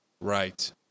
Right